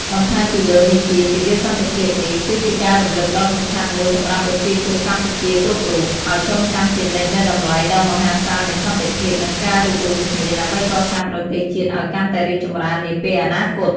បន្ថែមពីលើនេះទៀត ទិវាសន្តិភាពនេះគឺជាការរំលឹកដ៏សំខាន់មួយសម្រាប់ប្រជាជនកម្ពុជាគ្រប់រូប ឲ្យចងចាំជានិច្ចនូវតម្លៃដ៏មហាសាលនៃសន្តិភាព និងការរួបរួមគ្នា ដើម្បីកសាងប្រទេសជាតិឲ្យកាន់តែរីកចម្រើននាពេលអនាគត។